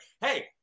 Hey